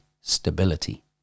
stability